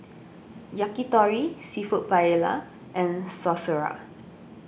Yakitori Seafood Paella and Sauerkraut